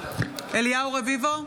(קוראת בשם חבר הכנסת) אליהו רביבו,